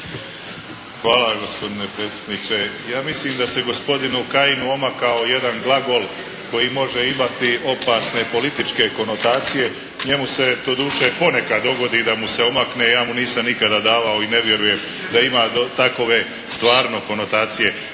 Hvala gospodine predsjedniče. Ja mislim da se gospodinu Kajinu omakao jedan glagol koji može imati opasne političke konotacije, njemu se doduše ponekad dogodi da mu se omakne ja mu nisam nikada davao i ne vjerujem da ima takove stvarno konotacije,